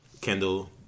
Kendall